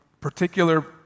particular